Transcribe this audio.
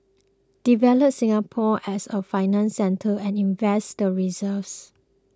develop Singapore as a financial centre and invest the reserves